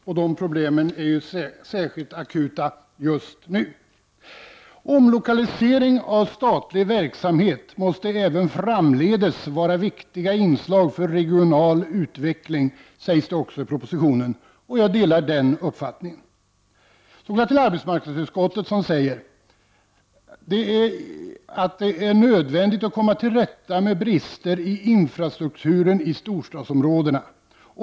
De problemen är ju särskilt akuta just nu. Omlokaliseringar av statlig verksamhet måste även framdeles vara viktiga inslag för regional utveckling, sägs det också. Jag delar också den uppfattningen. Arbetsmarknadsutskottet säger att det är nödvändigt att komma till rätta med brister i infrastrukturen i storstadsområdena.